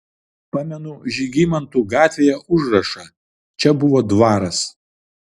pamenu žygimantų gatvėje užrašą čia buvo dvaras